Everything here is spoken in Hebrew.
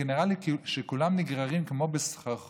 כי נדמה לי שכולם נגררים כמו בסחרחרת,